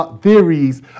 theories